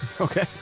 Okay